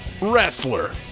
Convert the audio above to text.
Wrestler